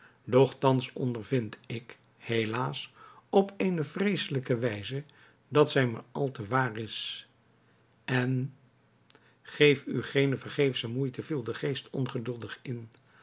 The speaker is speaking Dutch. thans ondervind ik helaas op eene vreeselijke wijze dat zij maar al te waar is en geef u geene vergeefsche moeite viel de geest ongeduldig in